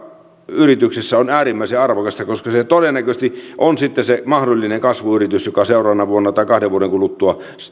on äärimmäisen arvokasta koska se todennäköisesti on sitten se mahdollinen kasvuyritys joka seuraavana vuonna tai kahden vuoden kuluttua